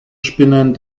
spinnern